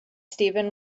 steven